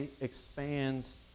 expands